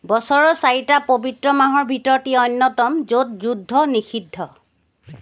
বছৰৰ চাৰিটা পৱিত্ৰ মাহৰ ভিতৰত ই অন্যতম য'ত যুদ্ধ নিষিদ্ধ